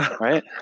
right